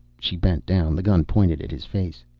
she bent down, the gun pointed at his face.